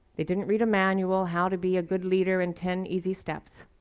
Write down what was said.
they didn't read a manual, how to be a good leader in ten easy steps.